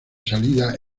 salida